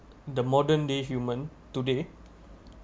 the modern day human today